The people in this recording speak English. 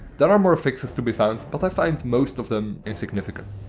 there are more fixes to be found, but i find most of them insignificant.